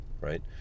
Right